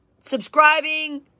subscribing